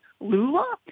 Lula